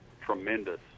tremendous